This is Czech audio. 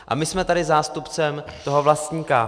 A my jsme tady zástupcem toho vlastníka.